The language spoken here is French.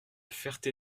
ferté